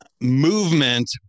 movement